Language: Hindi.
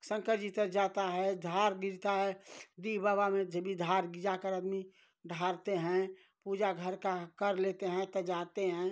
शंकर जी तर जाता है धार गिरता है डीह बाबा में जभी धार गिजाकर आदमी ढारते हैं पूजा घर का कर लेते हैं त जाते हैं